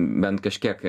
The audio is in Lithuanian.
bent kažkiek